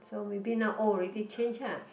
so maybe now old already change ah